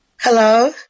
hello